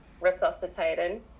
resuscitated